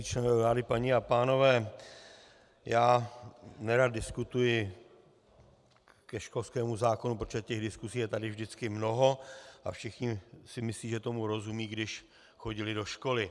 Členové vlády, paní a pánové, nerad diskutuji ke školskému zákonu, protože těch diskusí je tady vždycky mnoho a všichni si myslí, že tomu rozumějí, když chodili do školy.